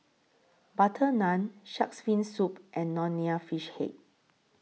Butter Naan Shark's Fin Soup and Nonya Fish Head